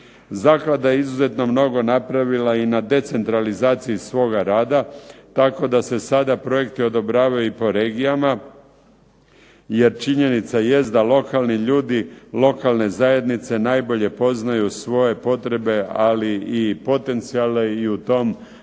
Zaklada je izuzetno mnogo napravila i na decentralizaciji svoga rada, tako da se sada projekti odobravaju i po regijama, jer činjenica jest da lokalni ljudi lokalne zajednice najbolje poznaju svoje potrebe, ali i potencijale i u tom kontekstu